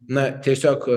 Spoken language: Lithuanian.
na tiesiog